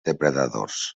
depredadors